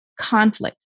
conflict